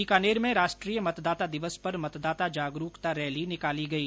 बीकानेर में राष्ट्रीय मतदाता दिवस पर मतदाता जागरुकता रैली निकाली गई